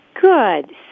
Good